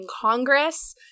Congress